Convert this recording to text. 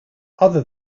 other